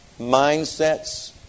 mindsets